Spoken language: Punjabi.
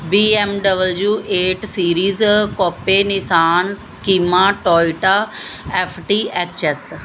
B M W eight series coupe Nissan Cima Toyota F T H S